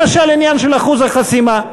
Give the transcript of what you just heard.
למשל העניין של אחוז החסימה,